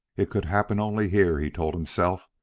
it could happen only here, he told himself.